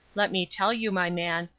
let me tell you, my man,